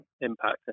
impact